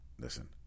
Listen